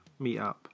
meetup